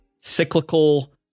cyclical